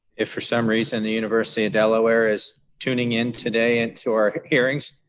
if for some reason the university of delaware is tuning in today and to our hearings,